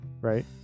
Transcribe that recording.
right